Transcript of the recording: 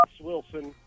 Wilson